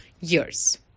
years